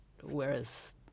whereas